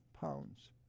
pounds